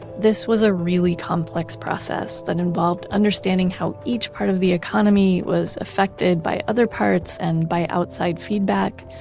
this was a really complex process that involved understanding how each part of the economy was affected by other parts and by outside feedback.